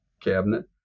cabinet